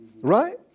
right